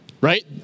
right